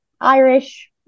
Irish